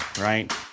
Right